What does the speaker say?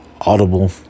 Audible